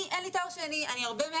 לי אין תואר שני --- לא,